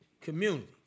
community